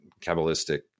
Kabbalistic